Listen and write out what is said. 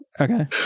Okay